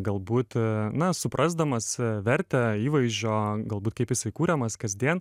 galbūt na suprasdamas vertę įvaizdžio galbūt kaip jisai kuriamas kasdien